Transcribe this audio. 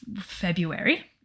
February